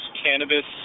cannabis